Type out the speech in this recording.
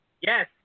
Yes